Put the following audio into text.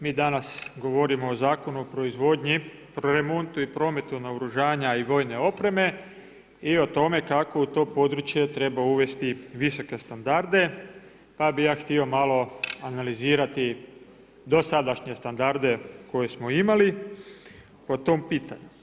Mi danas govorimo o Zakonu o proizvodnji, remontu i prometu naoružanja i vojne opreme i o tome kako u to područje treba uvesti visoke standarde pa bih ja htio malo analizirati dosadašnje standarde koje smo imali po tom pitanju.